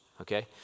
Okay